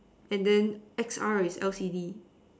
and then X R is L_C_D